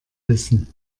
wissen